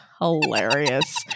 hilarious